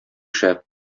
шәп